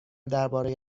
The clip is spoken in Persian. درباره